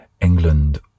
England